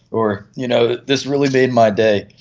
or you know this really made my day.